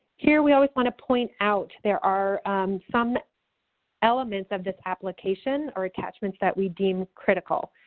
here, we always want to point out there are some elements of this application or attachments that we deem critical.